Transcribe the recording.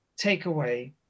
takeaway